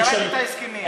אני קראתי את ההסכמים.